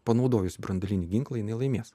panaudojus branduolinį ginklą jinai laimės